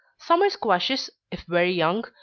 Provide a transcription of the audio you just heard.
summer squashes, if very young,